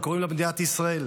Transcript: וקוראים לה מדינת ישראל,